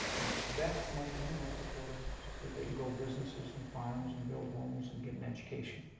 invest money in north dakota so that they can grow businesses and farms and build homes and get an education.